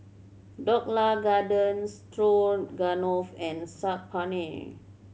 Dhokla Garden Stroganoff and Saag Paneer